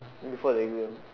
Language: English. then before the exam